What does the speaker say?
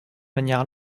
manière